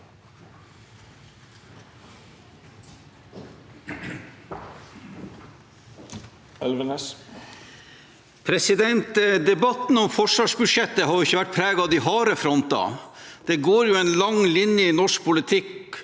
Debatten om for- svarsbudsjettet har ikke vært preget av de harde frontene. Det går jo en lang linje i norsk politikk